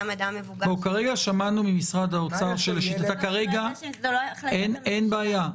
גם אדם מבוגר --- כרגע שמענו ממשרד האוצר ------ אין בעיה.